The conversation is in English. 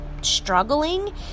struggling